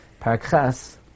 Parakhas